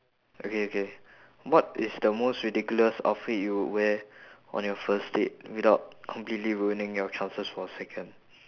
okay okay what is the most ridiculous outfit you would wear on your first date without completely ruining your chances for a second